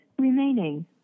remaining